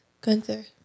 Gunther